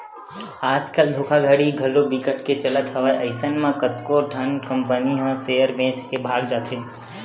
आज कल धोखाघड़ी घलो बिकट के चलत हवय अइसन म कतको ठन कंपनी ह सेयर बेच के भगा जाथे